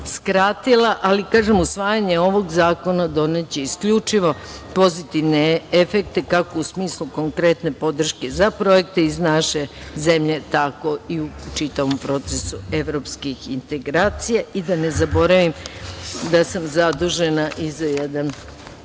skratila. Kažem, usvajanje ovog zakona doneće isključivo pozitivne efekte kako u smislu konkretne podrške za projekte iz naše zemlje, tako i u čitavom procesu evropskih integracija. Da ne zaboravim da sam zadužena i za jedan